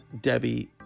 Debbie